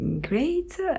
great